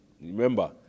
Remember